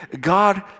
God